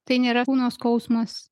tai nėra kūno skausmas